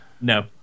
No